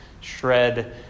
shred